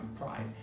pride